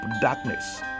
darkness